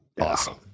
Awesome